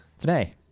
Today